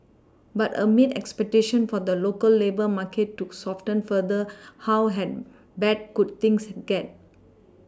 but amid expectations for the local labour market to soften further how had bad could things get